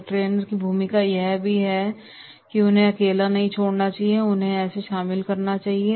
तो एक ट्रेनर की भूमिका होगी ट्रेनर को उन्हें अकेला नहीं छोड़ना चाहिए उन्हें इसमें शामिल होना चाहिए